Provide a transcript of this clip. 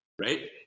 right